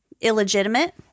illegitimate